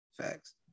facts